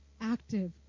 active